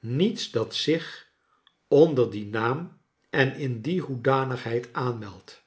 niets dat zich oncler dien naam en in die hoedanigheid aonmeldt